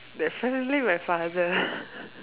definitely my father